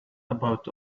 about